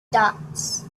dots